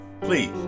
please